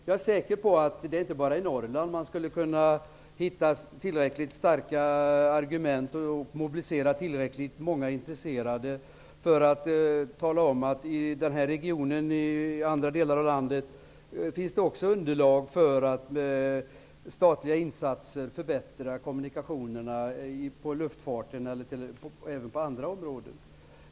Jag är säker på att det inte bara är för Norrlands del man skulle kunna hitta tillräckligt starka argument och mobilisera tillräckligt många intresserade, utan jag tror att det också i andra delar av landet finns underlag för statliga insatser och förbättra kommunikationerna på luftfartens och även andra områden.